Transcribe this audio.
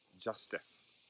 justice